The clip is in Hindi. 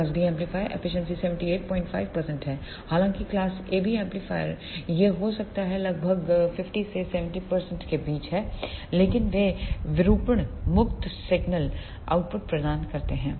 क्लास B एम्पलीफायर एफिशिएंसी 785 है हालांकि क्लास AB एम्पलीफायर यह हो सकता लगभग 50 से 70 के बीच है लेकिन वे विरूपण मुक्त सिंगल आउटपुट प्रदान करते हैं